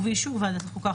ובאישור ועדת חוקה,